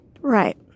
Right